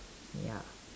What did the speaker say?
ya